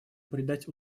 придать